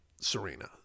Serena